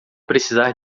precisar